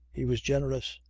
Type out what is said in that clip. he was generous.